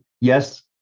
yes